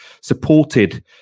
supported